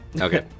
Okay